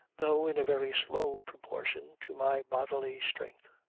though in a very slow proportion, to my bodily strength.